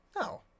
No